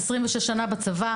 26 שנה בצבא.